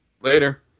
Later